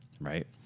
right